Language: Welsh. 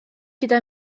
gyda